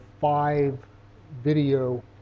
five-video